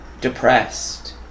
depressed